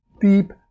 deep